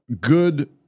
good